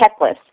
checklist